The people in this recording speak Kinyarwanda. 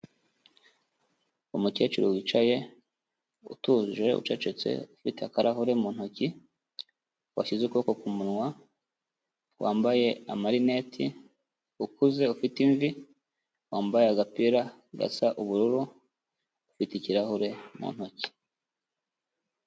Umukecuru wicaye utuje ucecetse ufite akarahuri mu ntoki, washyize ukuboko ku munwa, wambaye amarinete, ukuze ufite imvi, wambaye agapira gasa ubururu afite ikirahure mu ntoki.